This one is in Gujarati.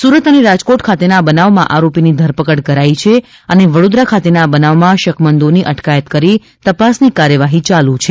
સુરત અને રાજકોટ ખાતેના બનાવમાં આરોપીની ધરપકડ કરાઇ છે અને વડોદરા ખાતેના બનાવમાં શકમંદોની અટકાયત કરી તપાસની કાર્યવાહી ચાલુ છે